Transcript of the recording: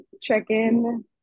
check-in